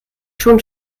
schon